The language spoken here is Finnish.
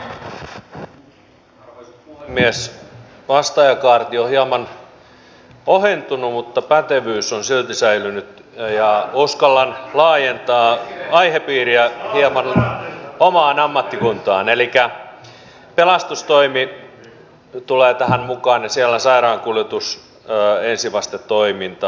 vastaajakaarti on hieman ohentunut mutta pätevyys on silti säilynyt ja uskallan laajentaa aihepiiriä hieman omaan ammattikuntaan elikkä pelastustoimi tulee tähän mukaan ja siellä sairaankuljetus ensivastetoiminta